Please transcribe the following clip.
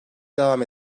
devam